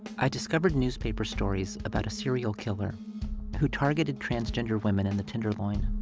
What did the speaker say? i discovered newspaper stories about a serial killer who targeted transgender women in the tenderloin.